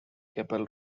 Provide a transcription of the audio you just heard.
keppel